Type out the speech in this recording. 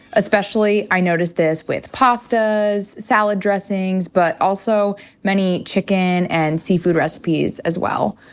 especially i noticed this with pastas, salad dressings, but also many chicken and seafood recipes as well.